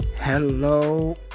hello